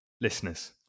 Listeners